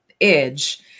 edge